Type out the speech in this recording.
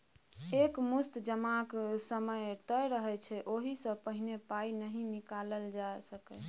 एक मुस्त जमाक समय तय रहय छै ओहि सँ पहिने पाइ नहि निकालल जा सकैए